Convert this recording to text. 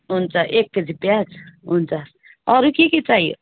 हुन्छ एक केजी प्याज हुन्छ अरू के के चाहियो